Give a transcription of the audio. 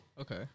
Okay